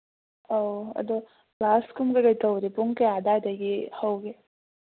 ꯑꯧ ꯑꯗꯣ ꯀ꯭ꯂꯥꯁꯀꯨꯝꯕ ꯀꯔꯤ ꯀꯔꯤ ꯇꯧꯕꯗꯤ ꯄꯨꯡ ꯀꯌꯥ ꯑꯗꯥꯏꯗꯒꯤ ꯍꯧꯒꯦ